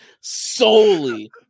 solely